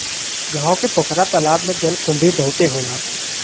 गांव के पोखरा तालाब में जलकुंभी बहुते होला